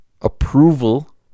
approval